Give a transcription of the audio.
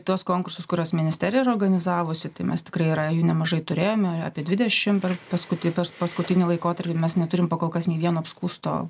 tuos konkursus kuriuos ministerija yra organizavusi tai mes tikrai yra jų nemažai turėjome apie dvidešimt per paskuti per paskutinį laikotarpį mes neturim pa kol kas nei vieno apskųsto